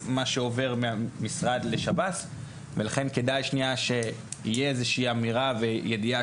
מה שעובר מהמשרד לשב"ס ולכן כדאי שיהיה איזושהי אמירה וידיעה